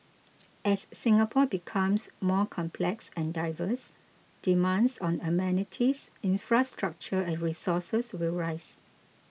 as Singapore becomes more complex and diverse demands on amenities infrastructure and resources will rise